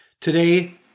Today